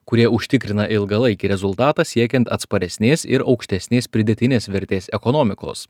kurie užtikrina ilgalaikį rezultatą siekiant atsparesnės ir aukštesnės pridėtinės vertės ekonomikos